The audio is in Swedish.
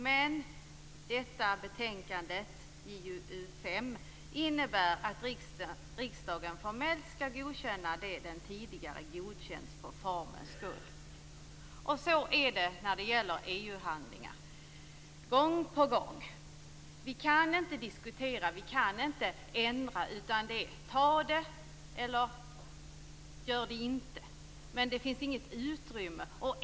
Men detta betänkande, JuU 5, innebär att riksdagen formellt skall godkänna det den tidigare godkänt - för formens skull. Så är det gång på gång när det gäller EU-handlingar. Vi kan inte diskutera, vi kan inte ändra. Anta detta eller gör det inte! Det finns inget utrymme.